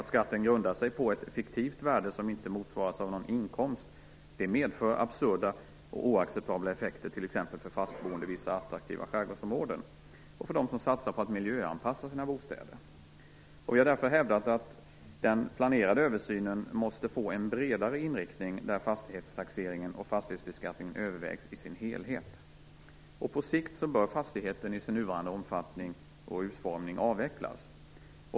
Skatten grundar sig på ett fiktivt värde som inte motsvaras av någon inkomst. Det medför absurda och oacceptabla effekter för exempelvis fastboende i vissa attraktiva skärgårdsområden och för dem som satsar på att miljöanpassa sina bostäder. Vi har därför hävdat att den planerade översynen måste få en bredare inriktning där fastighetstaxeringen och fastighetsbeskattning övervägs i sin helhet. På sikt bör fastighetsskatten i sin nuvarande omfattning och utformning avvecklas.